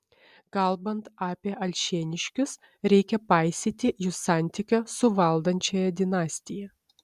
kalbant apie alšėniškius reikia paisyti jų santykio su valdančiąja dinastija